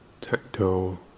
tactile